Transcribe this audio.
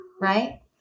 right